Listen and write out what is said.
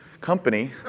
company